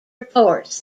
reports